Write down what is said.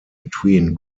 between